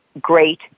great